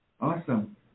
Awesome